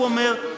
הוא אומר,